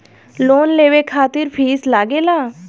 Loan लेवे खातिर fees लागेला?